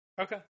Okay